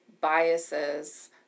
biases